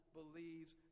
believes